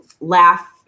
laugh